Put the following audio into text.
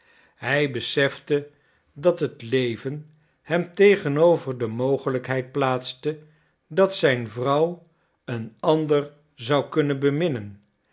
hij besefte dat het leven hem tegenover de mogelijkheid plaatste dat zijn vrouw een ander zou kunnen